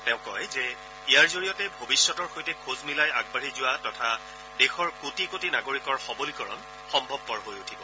তেওঁ কয় যে ইয়াৰ জৰিয়তে ভৱিষ্যতৰ সৈতে খোজ মিলাই আগবাঢ়ি যোৱা তথা দেশৰ কোটি কোটি নাগৰিকৰ সবলীকৰণ সম্ভৱপৰ হৈ উঠিব